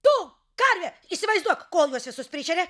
tu karve įsivaizduok kol juos visus prišeria